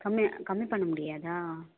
கம்மே கம்மி பண்ண முடியாதா